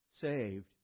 saved